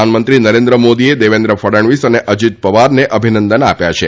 પ્રધાનમંત્રી નરેન્દ્ર મોદીએ દેવેન્દ્ર ફડણવીસ અને અજીત પવારને અભિનંદન આપ્યા છે